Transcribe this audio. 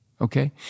Okay